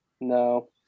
No